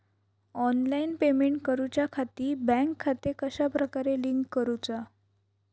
Online payment करुच्याखाती bank खाते कश्या प्रकारे लिंक करुचा?